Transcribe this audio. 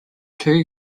two